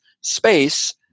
space